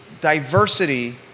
diversity